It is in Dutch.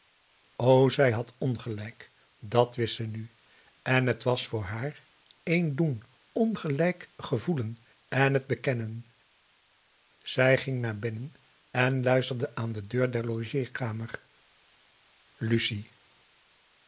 zij had ongelijk dàt wist ze nu en het was voor haar één doen ongelijk gevoelen en het bekennen ze ging naar binnen en luisterde aan de deur der logeerkamer lucie